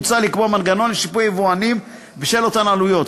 מוצע לקבוע מנגנון לשיפוי היבואנים בשל אותן עלויות.